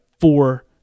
four